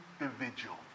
individual